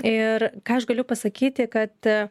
ir ką aš galiu pasakyti kad